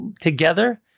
together